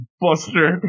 Buster